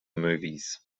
movies